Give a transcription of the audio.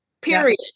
period